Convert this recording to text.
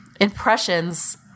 impressions